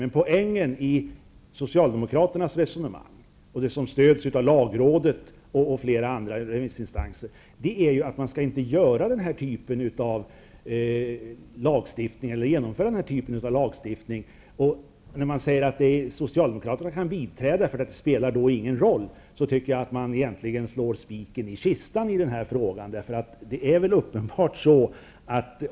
Men poängen i Socialdemokraternas resonemang, och det som stöds av lagrådet och flera andra remissinstanser, är att man inte skall genomföra den här typen av lagstiftning. När man säger att Socialdemokraterna kan biträda förslaget för att det inte spelar någon roll, tycker jag att man egentligen slår spiken i kistan i denna fråga.